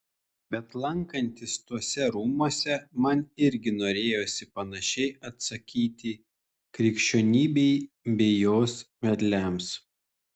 bet lankantis tuose rūmuose man irgi norėjosi panašiai atsakyti krikščionybei bei jos vedliams